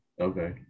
Okay